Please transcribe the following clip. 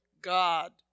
God